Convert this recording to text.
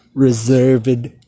reserved